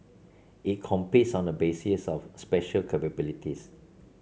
it competes on the basis of special capabilities